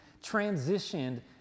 transitioned